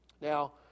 Now